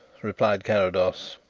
replied carrados.